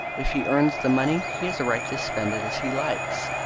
if he earns the money, he has a right to spend it as he likes.